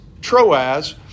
Troas